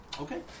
Okay